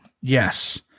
Yes